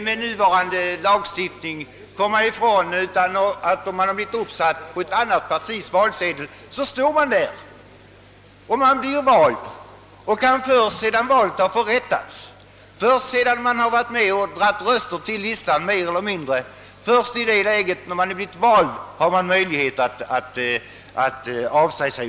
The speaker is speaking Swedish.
Med nuvarande lagstiftning har man inte, om man har blivit uppsatt på ett partis valsedel, någon möjlighet att reservera sig och att avsäga sig uppdraget förrän valet förrättats.